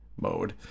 mode